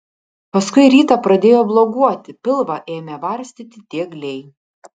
paskui rytą pradėjo bloguoti pilvą ėmė varstyti diegliai